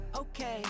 Okay